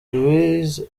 luis